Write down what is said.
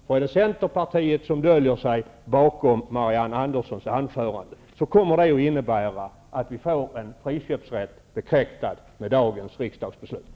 Om det är Centerpartiet som döljer sig bakom Marianne Anderssons anförande, kommer det att innebära att vi i och med dagens beslut kommer att få friköpsrätten bekräftad.